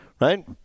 right